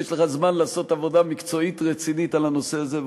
לך יש זמן לעשות עבודה מקצועית רצינית על הנושא הזה.